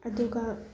ꯑꯗꯨꯒ